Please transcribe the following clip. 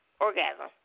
orgasm